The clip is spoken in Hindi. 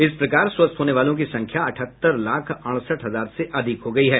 इस प्रकार स्वस्थ होने वालों की संख्या अठहत्तर लाख अड़सठ हजार से अधिक हो गई है